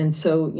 and so you